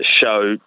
show